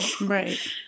right